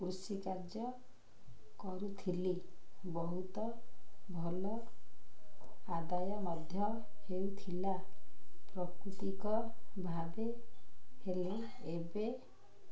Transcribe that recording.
କୃଷିିକାର୍ଯ୍ୟ କରୁଥିଲି ବହୁତ ଭଲ ଆଦାୟ ମଧ୍ୟ ହେଉଥିଲା ପ୍ରାକୃତିକ ଭାବେ ହେଲେ ଏବେ